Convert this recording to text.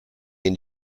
and